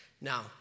Now